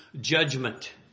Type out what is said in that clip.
Judgment